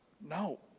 no